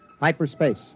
hyperspace